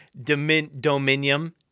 Dominium